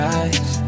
eyes